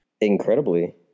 Incredibly